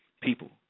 People